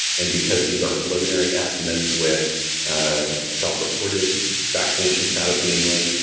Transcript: and because these are preliminary estimates with self-reported vaccination status mainly,